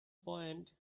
point